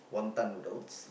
wonton noodles